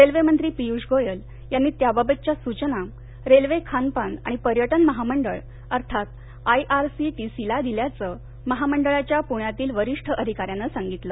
railway मंत्री पिय्ष गोयल यांनी त्याबाबतच्या सूचना रेल्वे खानपान आणि पर्यटन महामंडळ अर्थात I R C T C ला दिल्याचं महामंडळाच्या प्ण्यातील वरिष्ठ अधिकाऱ्याने सांगितलं